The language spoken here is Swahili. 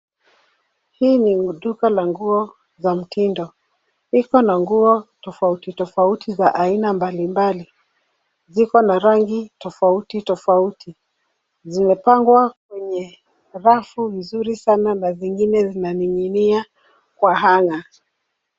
Hii ni duka la nguo za mtindo. Iko na nguo tofauti tofauti za aina mbalimbali. Ziko na rangi tofauti tofauti . Zimepangwa kwenye rafu vizuri sana na zingine zinaning'inia kwa hanger .